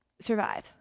survive